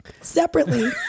Separately